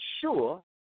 sure